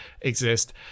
exist